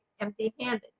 empty-handed